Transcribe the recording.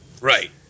Right